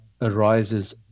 arises